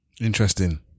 interesting